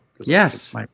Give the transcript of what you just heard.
Yes